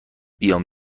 بیام